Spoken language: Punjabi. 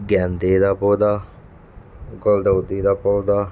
ਗੈਂਦੇ ਦਾ ਪੌਦਾ ਗੁਲਦਾਉਦੀ ਦਾ ਪੌਦਾ